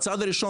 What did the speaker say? הצעד הראשון